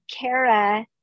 Kara